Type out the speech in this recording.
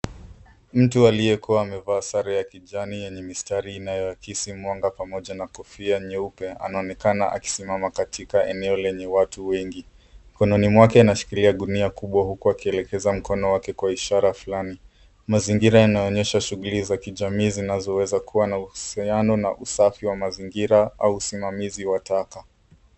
Mtu aliyevaa sare ya kijani yenye mistari inayoakisi mwanga pamoja na kofia nyeupe anaonekana amesimama katika eneo lenye watu wengi. Mikononi mwake ameshikilia gunia kubwa huku akielekeza mkono wake Kwa ishara Fulani. Mazingira yanaonyesha shughuli za kijamii zinazoweza kuwa na uhusiano na usafi wa mazingira au usimamizi wa taka.